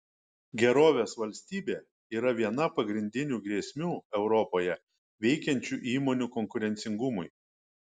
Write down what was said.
gerovės valstybė yra viena pagrindinių grėsmių europoje veikiančių įmonių konkurencingumui